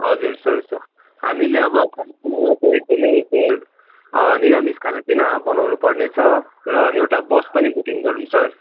हजुर sir sir हामीले अब खाना पिनामा त एकदमै सर निरामिस खाना पिना बनाउँनु पर्ने छ र एउटा बस पनि बुकिङ गर्नु सर